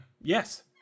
Yes